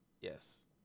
Yes